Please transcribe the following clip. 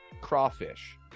crawfish